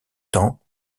temps